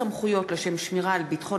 הצעת חוק סמכויות לשם שמירה על ביטחון